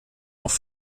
noch